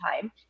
time